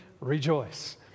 Rejoice